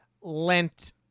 lent